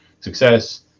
success